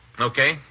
Okay